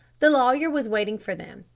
the lawyer was waiting for them,